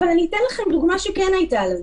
אבל אני אתן לכם דוגמה שכן הייתה לנו.